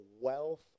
wealth